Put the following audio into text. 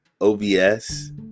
OBS